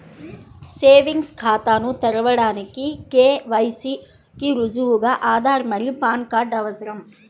savings ఖాతాను తెరవడానికి KYC కి రుజువుగా ఆధార్ మరియు పాన్ కార్డ్ అవసరం